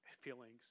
feelings